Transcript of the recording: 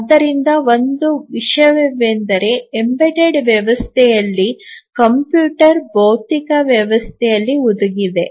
ಆದ್ದರಿಂದ ಒಂದು ವಿಷಯವೆಂದರೆ ಎಂಬೆಡೆಡ್ ವ್ಯವಸ್ಥೆಯಲ್ಲಿ ಕಂಪ್ಯೂಟರ್ ಭೌತಿಕ ವ್ಯವಸ್ಥೆಯಲ್ಲಿ ಹುದುಗಿದೆ